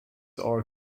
are